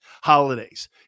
holidays